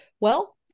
Well-